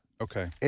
okay